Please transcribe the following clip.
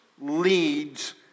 leads